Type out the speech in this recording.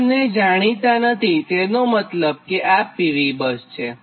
આ બે જાણીતા નથીતેનો મતલબ આ PV બસ છે